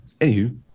anywho